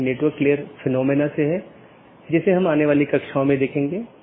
अब हम TCP IP model पर अन्य परतों को देखेंगे